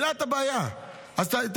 העלה את הבעיה, אז תקשיבו.